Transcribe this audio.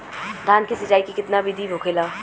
धान की सिंचाई की कितना बिदी होखेला?